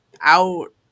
out